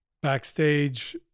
backstage